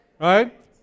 Right